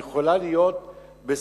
והיא יכולה להיות בסדר-היום,